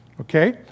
Okay